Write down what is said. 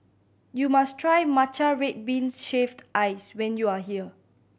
you must try matcha red bean shaved ice when you are here